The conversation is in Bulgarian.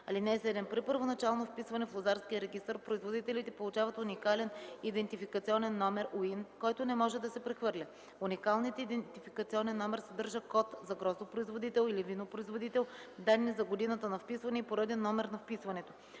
документи. (7) При първоначално вписване в лозарския регистър производителите получават уникален идентификационен номер (УИН), който не може да се прехвърля. Уникалният идентификационен номер съдържа код за гроздопроизводител или винопроизводител, данни за годината на вписване и пореден номер на вписването.